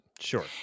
Sure